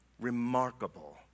remarkable